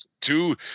two